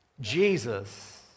Jesus